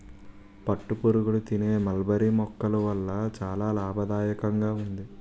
పట్టుపురుగులు తినే మల్బరీ మొక్కల వల్ల చాలా లాభదాయకంగా ఉంది